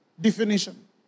definition